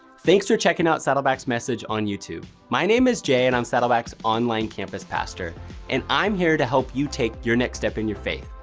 thanks for checkin' out saddleback's message on youtube. my name is jay and i'm saddleback's online campus pastor and i'm here to help you take your next step in your faith,